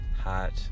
hot